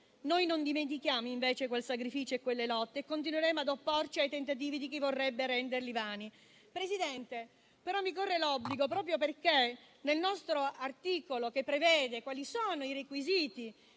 Noi non dimentichiamo, invece, quel sacrificio e quelle lotte e continueremo ad opporci ai tentativi di chi vorrebbe renderli vani. Signor Presidente, proprio perché nel nostro articolo, che prevede quali sono i requisiti